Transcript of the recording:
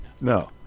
No